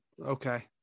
okay